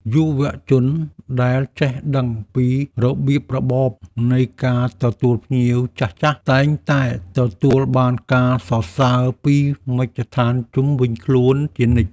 យុវជនដែលចេះដឹងពីរបៀបរបបនៃការទទួលភ្ញៀវចាស់ៗ តែងតែទទួលបានការសរសើរពីមជ្ឈដ្ឋានជុំវិញខ្លួនជានិច្ច។